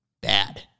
bad